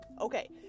okay